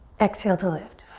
exhale to lift.